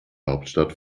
hauptstadt